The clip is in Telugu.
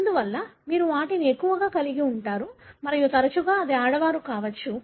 అందువల్ల మీరు వాటిని ఎక్కువగా కలిగి ఉంటారు మరియు తరచుగా అది ఆడవారు కావచ్చు